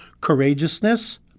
Courageousness